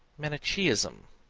manicheism,